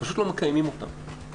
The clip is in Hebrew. ופשוט לא מקיימים אותן.